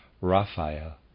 Raphael